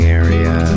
area